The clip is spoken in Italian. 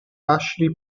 ashley